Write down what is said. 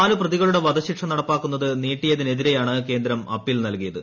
നാല് പ്രതികളുടെ വധശിക്ഷ നടപ്പിലാക്കുന്നത് നീട്ടിയതിനെതിരെയാണ് കേന്ദ്രം അപ്പീൽ നൽകിയത്